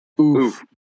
Oof